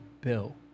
Bill